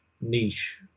niche